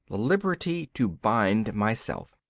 the liberty to bind myself.